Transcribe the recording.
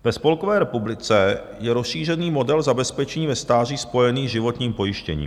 Ve Spolkové republice je rozšířený model zabezpečení ve stáří spojený s životním pojištěním.